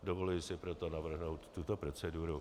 Dovoluji si proto navrhnout tuto proceduru.